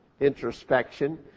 introspection